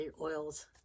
oils